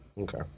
Okay